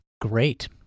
Great